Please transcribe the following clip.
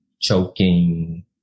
choking